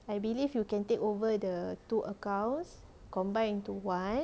I believe you can take over the two accounts combined into one